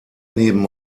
neben